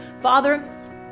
Father